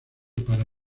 para